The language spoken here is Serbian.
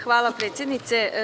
Hvala predsednice.